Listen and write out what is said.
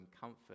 comfort